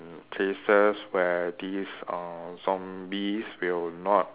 in places where these uh zombies will not